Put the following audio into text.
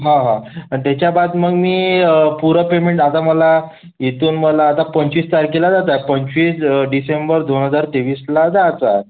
हां हां त्याच्या बात मग मी पूरं पेमेंट आता मला इथून मला आता पंचवीस तारखेला जाता पंचवीस डिसेंबर दोन हजार तेवीसला जायचं आहे